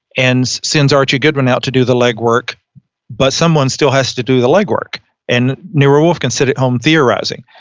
and since archie goodwin out to do the legwork but someone still has to do the legwork and nero wolfe consider home theorizing.